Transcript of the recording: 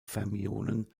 fermionen